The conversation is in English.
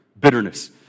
bitterness